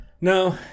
No